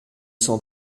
cent